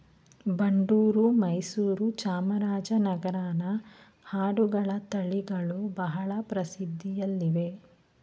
ಬಂಡೂರು, ಮೈಸೂರು, ಚಾಮರಾಜನಗರನ ಆಡುಗಳ ತಳಿಗಳು ಬಹಳ ಪ್ರಸಿದ್ಧಿಯಲ್ಲಿವೆ